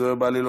זוהיר בהלול,